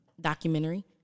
documentary